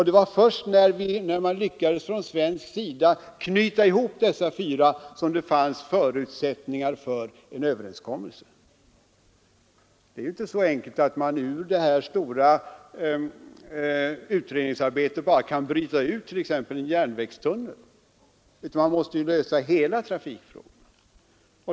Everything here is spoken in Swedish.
Det var först när man från svensk sida lyckades knyta ihop dessa fyra som det fanns förutsättningar för en överenskommelse. Det är inte så enkelt att man ur detta stora utredningsarbete kan bryta ut exempelvis en järnvägstunnel, utan man måste lösa hela trafikfrågan.